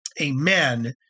amen